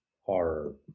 horror